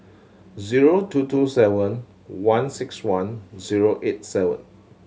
zero two two seven one six one zero eight seven